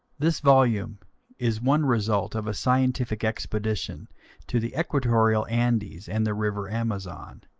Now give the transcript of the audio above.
this volume is one result of a scientific expedition to the equatorial andes and the river amazon.